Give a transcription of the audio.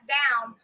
down